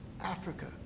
Africa